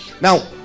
Now